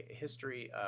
history